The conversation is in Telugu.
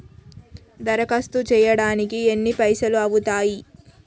దరఖాస్తు చేయడానికి ఎన్ని పైసలు అవుతయీ?